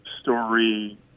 story